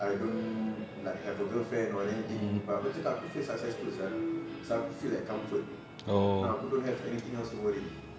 I don't like have a girlfriend or anything but aku cakap aku feel successful sia cause aku feel like comfort now aku don't have anything else to worry